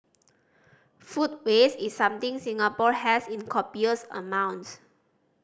food waste is something Singapore has in copious amounts